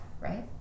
Right